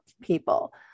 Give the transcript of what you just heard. people